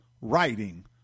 writing